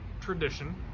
tradition